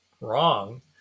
wrong